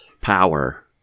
power